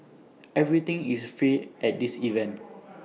everything is free at this event